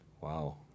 Wow